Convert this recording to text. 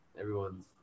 everyone's